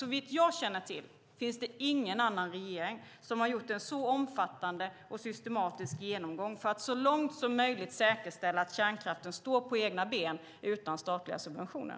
Såvitt jag känner till har ingen annan regering gjort en så omfattande och systematisk genomgång för att så långt som möjligt säkerställa att kärnkraften står på egna ben utan statliga subventioner.